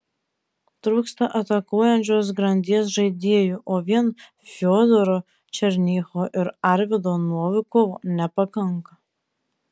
trūksta atakuojančios grandies žaidėjų o vien fiodoro černycho ir arvydo novikovo nepakanka